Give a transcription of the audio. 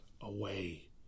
away